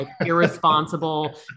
irresponsible